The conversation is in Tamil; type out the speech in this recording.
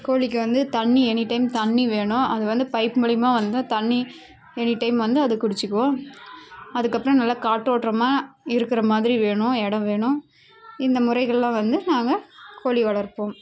கோழிக்கு வந்து தண்ணி எனி டைம் தண்ணி வேணும் அது வந்து பைப் மூலிமா வந்து தண்ணி எனி டைம் வந்து அது குடிச்சிக்கும் அதுக்கு அப்புறம் நல்லா காற்றோட்டமா இருக்கிற மாதிரி வேணும் இடோ வேணும் இந்த முறைகள்லாம் வந்து நாங்கள் கோழி வளர்ப்போம்